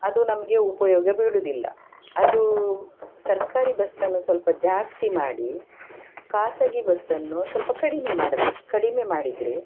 ಅದು ನಮಗೆ ಉಪಯೋಗ ಬೀಳುವುದಿಲ್ಲ ಅದು ಸರ್ಕಾರಿ ಬಸ್ಸನ್ನು ಸ್ವಲ್ಪ ಜಾಸ್ತಿ ಮಾಡಿ ಖಾಸಗಿ ಬಸ್ಸನ್ನು ಸ್ವಲ್ಪ ಕಡಿಮೆ ಮಾಡಬೇಕು ಕಡಿಮೆ ಮಾಡಿದರೆ